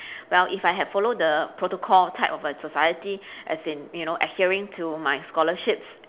well if I have follow the protocol type of society as in you know adhering to my scholarships